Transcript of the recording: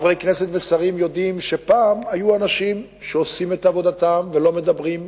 חברי כנסת ושרים יודעים שפעם היו אנשים שעושים את עבודתם ולא מדברים,